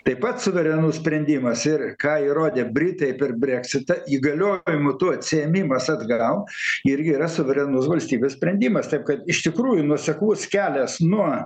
taip pat suverenus sprendimas ir ką įrodė britai per breksitą įgaliojimų tų atsiėmimas atgal irgi yra suverenus valstybės sprendimas taip kad iš tikrųjų nuoseklus kelias nuo